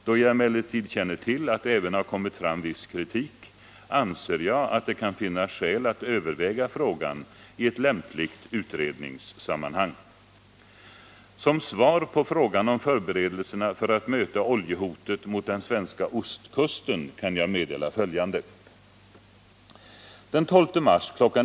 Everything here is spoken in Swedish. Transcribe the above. Då jag emellertid känner till att det även har kommit fram viss kritik, anser jag att det kan finnas skäl att överväga frågan i ett lämpligt utredningssammanhang. Som svar på frågan om förberedelserna för att möta oljehotet mot den svenska ostkusten kan jag meddela följande. Den 12 mars kl.